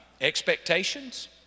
expectations